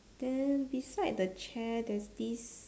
then beside the chair there's this